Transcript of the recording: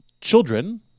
children